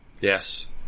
Yes